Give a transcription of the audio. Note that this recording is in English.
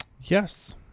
yes